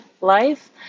Life